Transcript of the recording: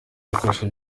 ibikoresho